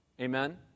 Amen